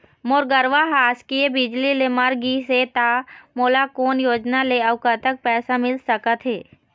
मोर गरवा हा आकसीय बिजली ले मर गिस हे था मोला कोन योजना ले अऊ कतक पैसा मिल सका थे?